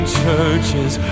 churches